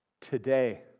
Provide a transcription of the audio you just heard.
today